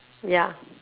ya